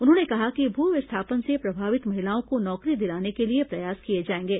उन्होंने कहा कि भू विस्थापन से प्रभावित महिलाओं को नौकरी दिलाने के लिए प्रयास किए जाएंगे